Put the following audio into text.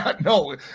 No